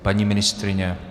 Paní ministryně?